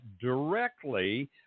directly